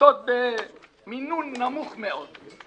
ששוחטות במינון נמוך מאוד.